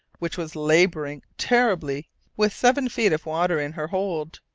which was labouring terribly with seven feet of water in her hold.